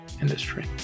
industry